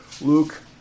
Luke